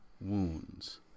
wounds